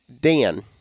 Dan